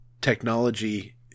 technology